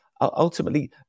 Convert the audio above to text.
ultimately